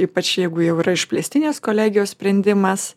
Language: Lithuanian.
ypač jeigu jau yra išplėstinės kolegijos sprendimas